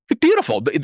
beautiful